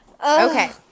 Okay